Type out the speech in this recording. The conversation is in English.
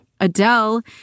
Adele